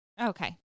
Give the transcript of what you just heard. okay